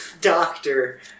doctor